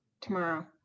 tomorrow